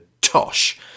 tosh